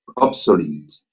obsolete